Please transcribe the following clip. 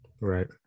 right